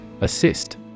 Assist